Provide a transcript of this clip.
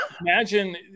imagine